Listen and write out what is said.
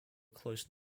close